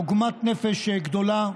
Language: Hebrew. עוגמת נפש גדולה,